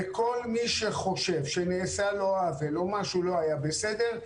כל מי שחושב שנעשה לו עוול או משהו לא היה בסדר,